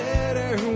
better